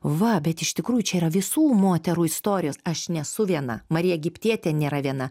va bet iš tikrųjų čia yra visų moterų istorijos aš nesu viena marija egiptietė nėra viena